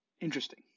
interesting